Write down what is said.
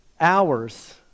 hours